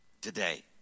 today